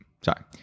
sorry